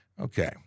Okay